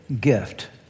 gift